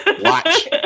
watch